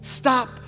Stop